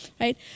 right